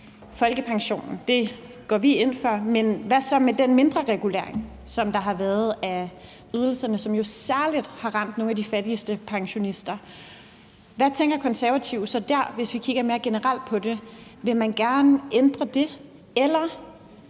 folkepensionen – det går vi ind for – men hvad så med den mindreregulering, som der har været af ydelserne, og som jo særlig har ramt nogle af de fattigste pensionister? Hvad tænker Konservative så der, hvis vi kigger mere generelt på det? Vil man gerne ændre det?